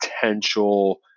potential